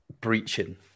breaching